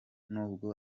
nubwo